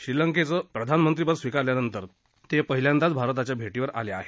श्रीलंकेचं प्रधानमंत्रीपद स्वीकारल्यानंतर ते पहिल्यांदाच भारताच्या भेटीवर आले आहेत